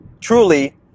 truly